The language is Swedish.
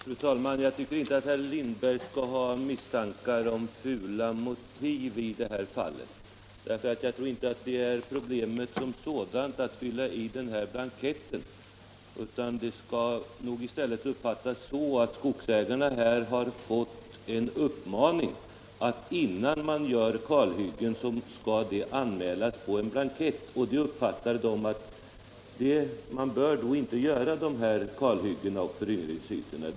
Fru talman! Jag tycker inte att herr Lindberg skall ha misstankar om fula motiv i det här fallet. Jag tror inte att problemet som sådant gäller ifyllandet av blanketten, utan saken skall nog i stället uppfattas så att skogsägarna här har fått en uppmaning att de innan de gör kalhyggen skall anmäla detta på en blankett. Det uppfattar skogsägarna så att man nog inte bör göra de här kalhyggena och föryngringsytorna.